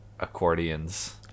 Accordion's